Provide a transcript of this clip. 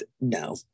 no